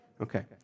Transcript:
Okay